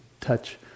touch